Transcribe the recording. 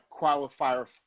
qualifier